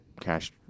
cash